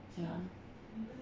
yeah